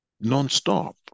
non-stop